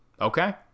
Okay